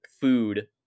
food